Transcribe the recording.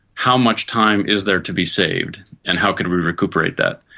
how much time is there to be saved and how could we recuperate that?